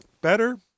better